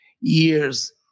years